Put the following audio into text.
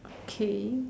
okay